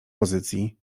pozycji